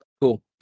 Cool